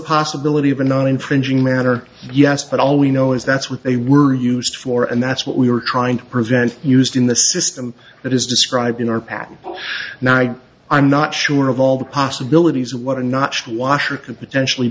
possibility of a non infringing manner yes but all we know is that's what they were used for and that's what we were trying to prevent used in the system that is described in our patent now i i'm not sure of all the possibilities what a notch washer could potentially